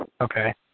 Okay